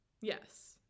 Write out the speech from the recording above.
Yes